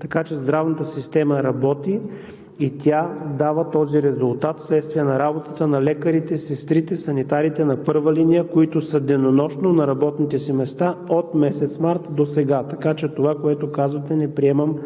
така че здравната система работи и дава този резултат вследствие на работата на лекарите, сестрите, санитарите на първа линия, които са денонощно на работните си места от месец март досега, така че не приемам